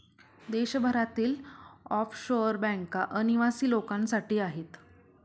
देशभरातील ऑफशोअर बँका अनिवासी लोकांसाठी आहेत